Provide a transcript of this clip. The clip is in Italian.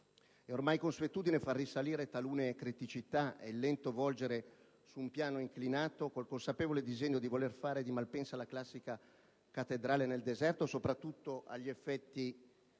ormai consuetudine consolidata far risalire talune criticità e il lento volgere su un piano inclinato, con il consapevole disegno di voler fare di Malpensa la classica cattedrale nel deserto, soprattutto agli effetti